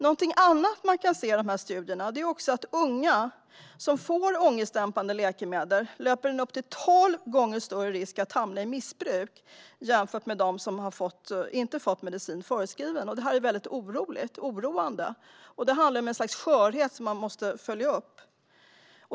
Någonting annat man kan se i dessa studier är att unga som får ångestdämpande läkemedel löper upp till tolv gånger större risk att hamna i missbruk jämfört med dem som inte har fått medicin förskriven. Det är väldigt oroande. Det handlar om ett slags skörhet som måste följas upp.